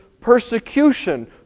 persecution